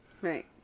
Right